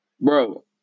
Bro